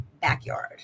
backyard